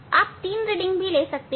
आप तीन रीडिंग भी ले सकते हैं